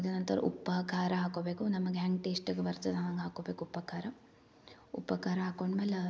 ಇದೇನಂತಾರೆ ಉಪ್ಪು ಖಾರ ಹಾಕೋಬೇಕು ನಮಗ್ ಹೆಂಗೆ ಟೇಸ್ಟಿಗೆ ಬರ್ತದ ಹಂಗೆ ಹಾಕೋಬೇಕು ಉಪ್ಪು ಖಾರ ಉಪ್ಪು ಖಾರ ಹಾಕೊಂಡ್ಮೇಲೆ